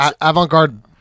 avant-garde